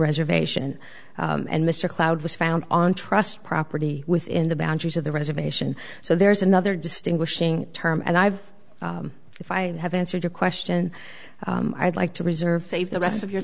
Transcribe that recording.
reservation and mr cloud was found on trust property within the boundaries of the reservation so there's another distinguishing term and i've if i have answered your question i'd like to reserve save the rest of your